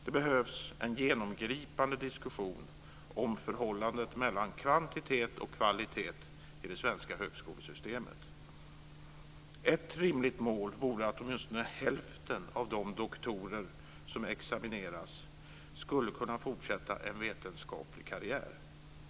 Det behövs en genomgripande diskussion om förhållandet mellan kvantitet och kvalitet i det svenska högskolesystemet. Ett rimligt mål vore att åtminstone hälften av de doktorer som examineras skulle kunna fortsätta en vetenskaplig karriär.